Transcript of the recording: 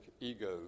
ego